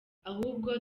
ahubwo